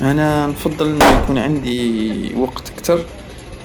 انا نفضل انو يكون عندي وقت كتر